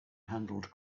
handled